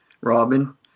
Robin